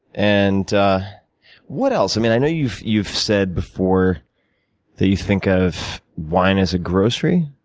and what else? i mean, i know you've you've said before that you think of wine as a grocery.